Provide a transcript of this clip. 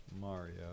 Mario